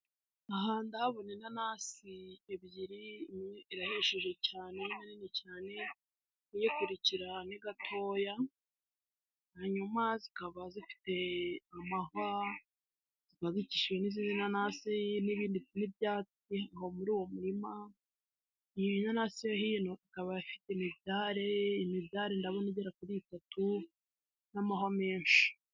Aha ndahabona inanasi ebyiri imwe irahishije cyane ni nini cyane, iyiyikurikira ni gatoya hanyuma zikaba zifite amahwa baciye n'izindi nanasi n'ibyatsi aho muri uwo murima, iyi nanasi yo hino ikaba ifite imidare, imidare ndabona igera kuri itatu n'amahwa menshi.